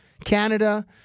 canada